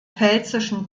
pfälzischen